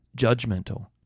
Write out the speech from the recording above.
Judgmental